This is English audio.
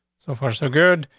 so far, so good,